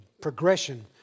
progression